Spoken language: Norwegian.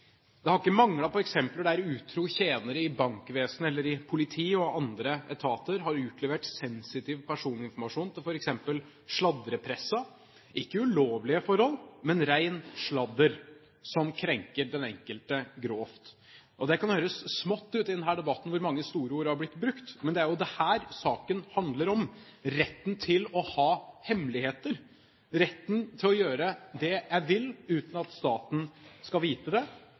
Det har ikke manglet på eksempler der utro tjenere i bankvesenet eller i politiet og andre etater har utlevert sensitiv personinformasjon til f.eks. sladrepressen – ikke ulovlige forhold, men ren sladder som krenker den enkelte grovt. Det kan høres smått ut i denne debatten hvor mange store ord har blitt brukt, men det er jo dette saken handler om: retten til å ha hemmeligheter, retten til å gjøre det jeg vil uten at staten skal vite det,